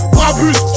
Brabus